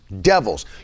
devils